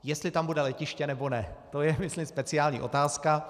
Jestli tam bude letiště, nebo ne, je myslím speciální otázka.